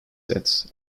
set